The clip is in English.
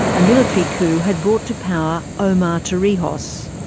a military coup had brought to power omar torrijos.